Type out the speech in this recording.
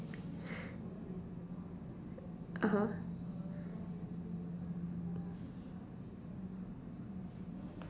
(uh huh)